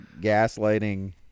gaslighting